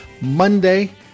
Monday